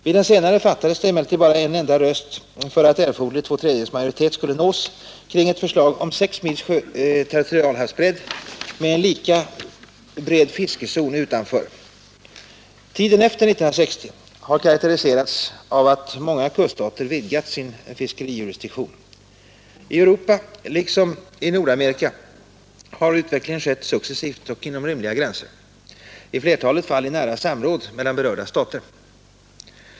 Vid den senare fattades bara en enda röst för att erforderlig två tredjedels majoritet skulle nås kring ett förslag om 6 sjömils territorialhavsbredd med en lika bred fiskezon utanför. Tiden efter 1960 har karakteriserats av att många kuststater vidgat sin fiskerijurisdiktion. I Europa liksom i Nordamerika har utvecklingen skett successivt och inom rimliga gränser, i flertalet fall i nära samråd mellan berörda stater.